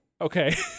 okay